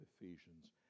Ephesians